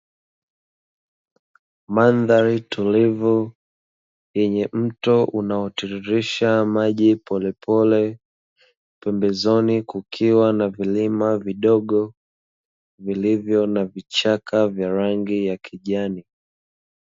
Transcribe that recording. Mandhari tulivu yenye mto unaotiririsha maji polepole, pembezoni kukiwa na vilima vidogo vilivyo na vichaka vya rangi ya kijani.